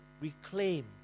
reclaim